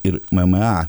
ir mma